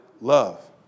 love